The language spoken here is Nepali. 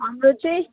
हाम्रो चाहिँ